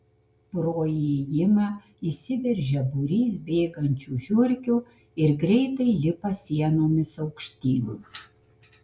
pro įėjimą įsiveržia būrys bėgančių žiurkių ir greitai lipa sienomis aukštyn